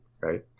right